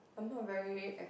I'm not very